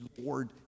Lord